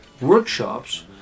workshops